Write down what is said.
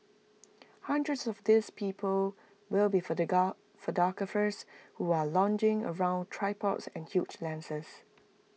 hundreds of these people will be photographers who are lugging around tripods and huge lenses